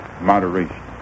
moderation